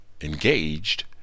engaged